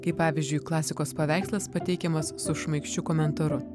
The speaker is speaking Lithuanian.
kaip pavyzdžiui klasikos paveikslas pateikiamas su šmaikščiu komentaru